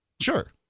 sure